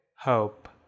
hope